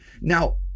Now